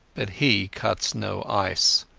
but he cuts no ice.